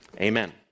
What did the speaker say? Amen